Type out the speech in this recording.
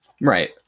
right